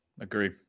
Agree